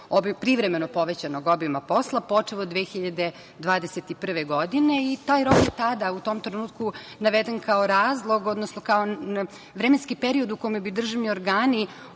privremeno povećanog obima posla, počev od 2021. godine. Taj rok je tada, u tom trenutku, naveden kao razlog, odnosno kao vremenski period u kome bi državni organi